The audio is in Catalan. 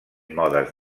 modes